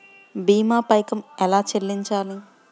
భీమా పైకం ఎలా చెల్లించాలి?